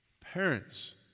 Parents